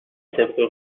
طبق